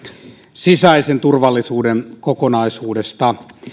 sisäisen turvallisuuden kokonaisuudesta